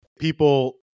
people